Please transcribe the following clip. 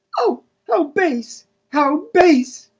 oh how base how base!